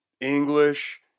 English